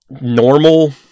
normal